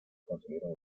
consiguieron